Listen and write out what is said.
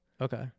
Okay